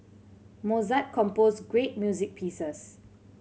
Mozart composed great music pieces